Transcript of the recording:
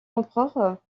empereur